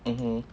mmhmm